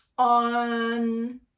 on